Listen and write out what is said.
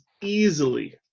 easily